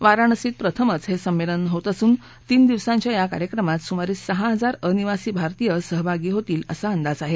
वाराणसीत पहिल्यांदाच हे संमेलन होत असून तीन दिवसांच्या या कार्यक्रमात सुमारे सहा हजार अनिवासी भारतीय सहभागी होतील असा अंदाज आहे